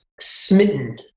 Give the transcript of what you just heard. smitten